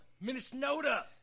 Minnesota